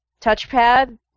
touchpad